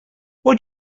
what